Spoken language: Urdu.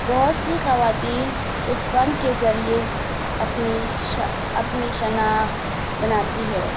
بہت سی خواتین اس فن کے ذریعے اپنی شا اپنی شناخت بناتی ہے